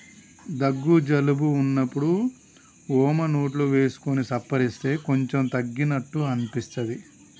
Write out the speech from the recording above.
దగ్గు జలుబు వున్నప్పుడు వోమ నోట్లో వేసుకొని సప్పరిస్తే కొంచెం తగ్గినట్టు అనిపిస్తది